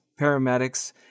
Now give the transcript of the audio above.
paramedics